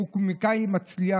הוא קומיקאי מצליח,